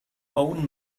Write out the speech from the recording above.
own